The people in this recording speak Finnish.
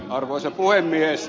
arvoisa puhemies